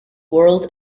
world